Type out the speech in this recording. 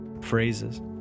phrases